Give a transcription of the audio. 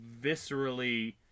viscerally